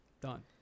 done